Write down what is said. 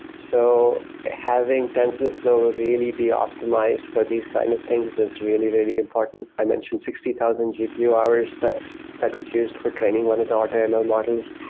so having tensorflow really be optimized for these kind of things is really, really important. i mentioned sixty thousand gpu hours that was used for training one of the automl models,